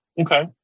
Okay